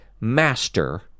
master